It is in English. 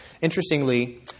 Interestingly